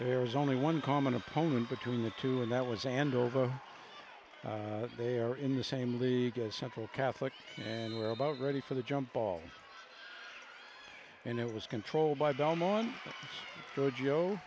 there's only one common opponent between the two and that was and over they are in the same league as central catholic and were about ready for the jump ball and it was controlled by belmont georgio